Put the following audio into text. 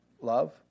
love